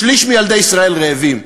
שליש מילדי ישראל רעבים,